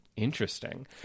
interesting